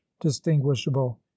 Distinguishable